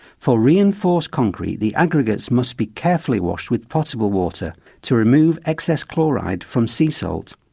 for reinforced concrete the aggregates must be carefully washed with potable water to remove excess chloride from sea salt.